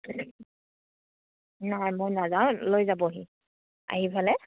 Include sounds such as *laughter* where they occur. নাই মই নাযাওঁ লৈ যাবহি *unintelligible*